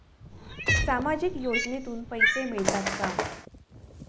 सामाजिक योजनेतून पैसे मिळतात का?